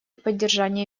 поддержание